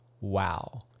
Wow